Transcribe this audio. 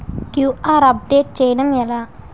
QR update చేయడం ఎలా?